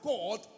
God